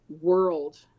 world